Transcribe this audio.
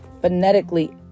phonetically